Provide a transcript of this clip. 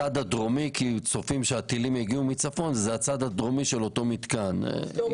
זה יכול להיות הצד הדרומי של אותו מיתקן כי צופים